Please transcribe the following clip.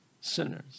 sinners